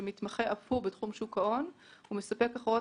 שגם הוא מתמחה בתחום שוק ההון ומספק הכרעות